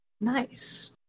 Nice